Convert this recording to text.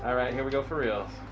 ah right. here we go for reals.